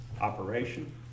operation